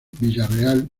villarreal